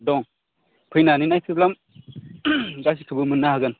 दं फैनानै नायफैब्ला गासैखौबो मोननो हागोन